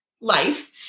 life